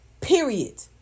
period